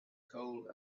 coal